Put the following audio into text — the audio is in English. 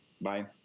Bye